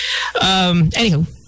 Anywho